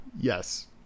Yes